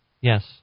Yes